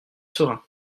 serein